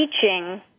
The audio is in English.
teaching